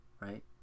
right